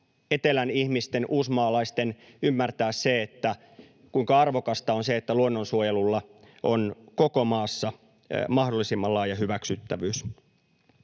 etelän ihmisten, uusmaalaisten, ymmärtää se, kuinka arvokasta on se, että luonnonsuojelulla on koko maassa mahdollisimman laaja hyväksyttävyys.